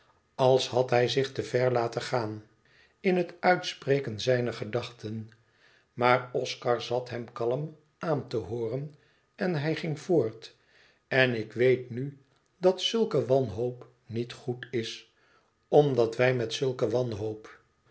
als had hij zich te ver laten gaan in het uitspreken zijner gedachten maar oscar zat hem kalm aan te hooren en hij ging voort en ik weet nu dat zulke wanhoop niet goed is omdat wij met zulke wanhoop